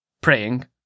praying